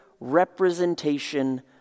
representation